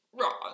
wrong